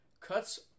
Cuts